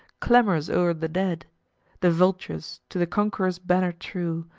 clamorous o'er the dead the vultures, to the conqueror's banner true,